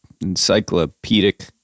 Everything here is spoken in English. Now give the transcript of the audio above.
encyclopedic